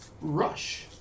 Rush